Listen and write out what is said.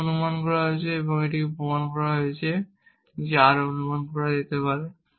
q অনুমান করা হয়েছে এবং এটি অনুমান করা হয়েছে r অনুমান করা যেতে পারে